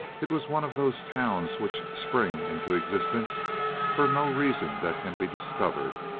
it was one of those towns which spring into existence for no reason that can be discovered,